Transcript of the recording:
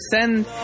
send